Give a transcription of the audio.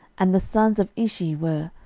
and the sons of ishi were,